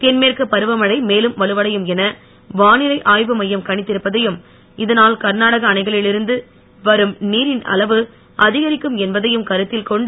தென்மேற்கு பருவமழை மேலும் வலுவடையும் என வானிலை ஆய்வு மையம் கணித்திருப்பதையும் இதனால் கர்நாடக அணைகளில் இருந்து வரும்ந நீரின் அளவு அதிகரிக்கும் என்பதையும் கருத்தில் கொண்டு